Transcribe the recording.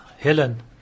Helen